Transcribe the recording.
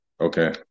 Okay